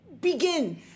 begin